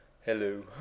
Hello